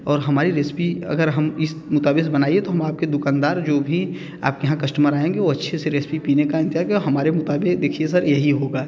और हमारी रिसीपी अगर हम इस मुताबिक़ से बनाइए तो हम आपके दुकानदार जो भी आपके यहाँ कस्टमर आएंगे वो अच्छे से रेसिपी पीने का इंतेज़ार करेंगे हमारे मुताबिक़ देखिए सर यही होगा